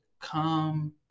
come